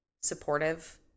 supportive